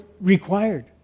required